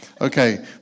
Okay